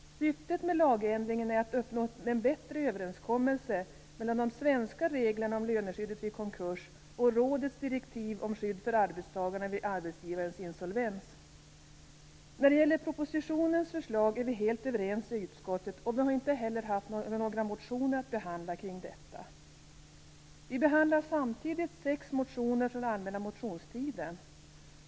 Syftet med lagändringarna är att uppnå en bättre överensstämmelse mellan de svenska reglerna om löneskydd vid konkurs och rådets direktiv om skydd för arbetstagarna vid arbetsgivares insolvens. Om propositionens förslag är vi helt överens i utskottet, och vi har inte heller haft några motioner att behandla kring detta. Vi behandlar samtidigt sex motioner från allmänna motionstiden.